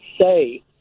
say